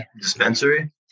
dispensary